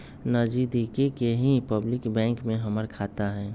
नजदिके के ही पब्लिक बैंक में हमर खाता हई